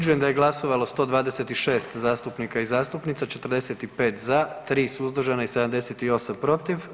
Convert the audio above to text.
da je glasovalo 126 zastupnika i zastupnica, 45 za, 3 suzdržana i 78 protiv.